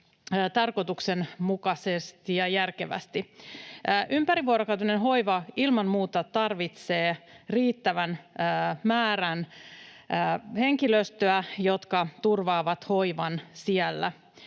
tarkoituksenmukaisesti ja järkevästi. Ympärivuorokautinen hoiva ilman muuta tarvitsee riittävän määrän henkilöstöä, joka turvaa hoivan siellä.